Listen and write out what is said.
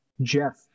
Jeff